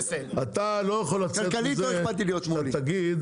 אתה לא יכול לצאת מזה שאתה תגיד